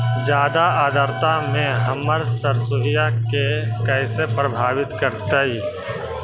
जादा आद्रता में हमर सरसोईय के कैसे प्रभावित करतई?